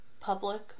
public